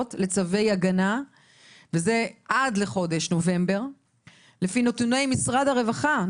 לצווי הגנה וזה עד לחודש נובמבר 2021. לפי נתוני משרד הרווחה,